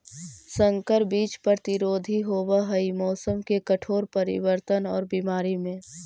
संकर बीज प्रतिरोधी होव हई मौसम के कठोर परिवर्तन और बीमारी में